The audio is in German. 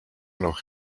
noch